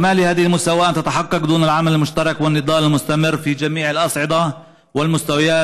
ואפשר לעשות זאת רק בעבודה משותפת ובמאבק מתמשך בכל המישורים והרמות,